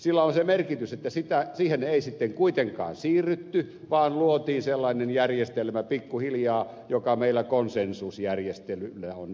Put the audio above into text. sillä on se merkitys että siihen ei sitten kuitenkaan siirrytty vaan luotiin sellainen järjestelmä pikkuhiljaa joka meillä konsensusjärjestelyllä on nyt